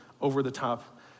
over-the-top